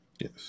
Yes